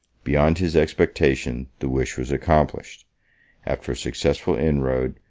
beyond his expectations, the wish was accomplished after a successful inroad,